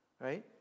right